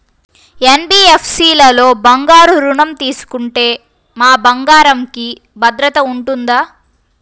NBFC లలో బంగారు ఋణం తీసుకుంటే మా బంగారంకి భద్రత ఉంటుందా?